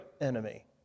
enemy